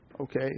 okay